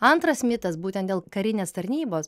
antras mitas būtent dėl karinės tarnybos